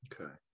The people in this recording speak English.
Okay